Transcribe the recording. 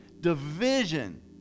division